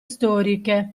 storiche